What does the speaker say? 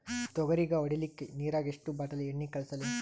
ತೊಗರಿಗ ಹೊಡಿಲಿಕ್ಕಿ ನಿರಾಗ ಎಷ್ಟ ಬಾಟಲಿ ಎಣ್ಣಿ ಕಳಸಲಿ?